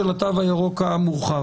שלום ליו"ר וחברי הוועדה,